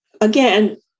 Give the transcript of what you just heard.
again